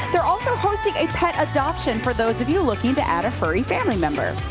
they're also posting a pet adoption for those of you looking to add a furry family member.